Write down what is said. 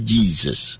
Jesus